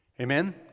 Amen